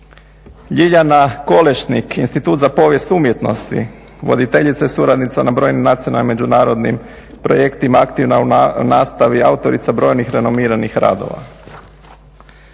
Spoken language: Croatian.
Ljiljana Kolešnik Institut za povijest umjetnosti. Voditeljica i suradnica na brojnim nacionalnim međunarodnim projektima. Aktivna u nastavi. Autorica brojnih renomiranih radova.